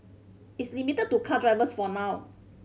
it's limited to car drivers for now